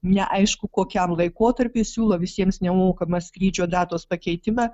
neaišku kokiam laikotarpiui siūlo visiems nemokamą skrydžio datos pakeitimą